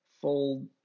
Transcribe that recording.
fold